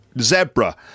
zebra